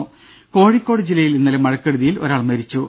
ദേദ കോഴിക്കോട് ജില്ലയിൽ ഇന്നലെ മഴക്കെടുതിയിൽ ഒരാൾ മരിച്ചു